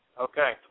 Okay